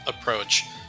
approach